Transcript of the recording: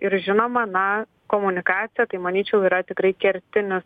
ir žinoma na komunikacija manyčiau yra tikrai kertinis